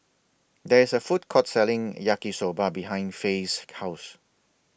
There IS A Food Court Selling Yaki Soba behind Faye's House